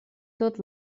tot